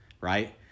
right